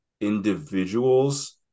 individuals